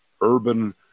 urban